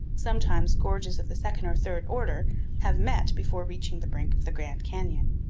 sometimes gorges of the second or third order have met before reaching the brink of the grand canyon,